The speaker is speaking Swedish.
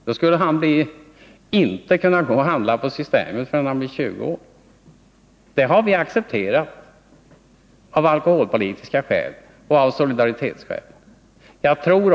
Då skulle han inte kunna gå och handla på Systemet förrän han blir 20 år. Det har vi accepterat av alkoholpolitiska skäl och av solidaritetsskäl.